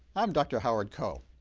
i'm dr. howard koh.